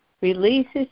releases